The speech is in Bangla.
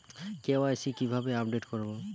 কে.ওয়াই.সি কিভাবে আপডেট করব?